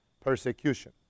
persecution